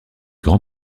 grand